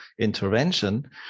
intervention